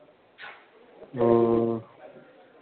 वह